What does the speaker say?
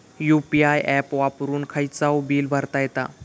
UPI app वापरून खायचाव bill भरता येता